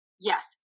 Yes